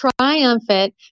triumphant